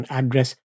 address